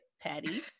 patty